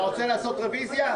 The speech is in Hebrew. אתה רוצה לעשות רביזיה?